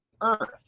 earth